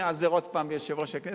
ניעזר עוד פעם ביושב-ראש הכנסת,